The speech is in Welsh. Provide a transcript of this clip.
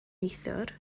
neithiwr